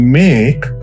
make